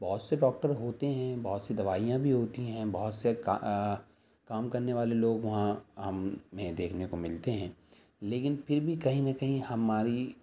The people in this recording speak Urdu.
بہت سے ڈاکٹر ہوتے ہیں بہت سی دوائیاں بھی ہوتی ہیں بہت سے کام کرنے والے لوگ وہاں ہمیں دیکھنے کو ملتے ہیں لیکن پھر بھی کہیں نہ کہیں ہماری